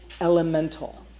elemental